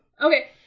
Okay